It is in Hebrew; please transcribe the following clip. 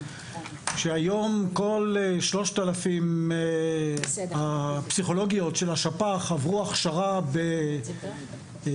שהיום כל 3,000 הפסיכולוגיות של השפ"ח עברו הכשרה באיתור